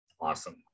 Awesome